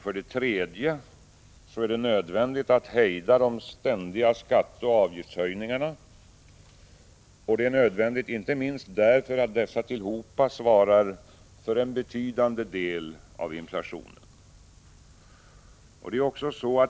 För det tredje är det nödvändigt att hejda de ständiga skatteoch avgiftshöjningarna, inte minst därför att dessa tillhopa svarar för en betydande del av inflationen.